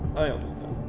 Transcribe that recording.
i understand.